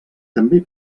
també